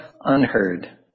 unheard